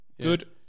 Good